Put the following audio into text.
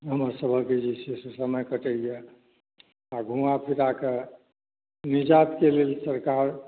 हमरसभक ई जे छै समय कटैया आ घूमा फ़िराक निजातक लेल सरकार